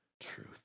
truth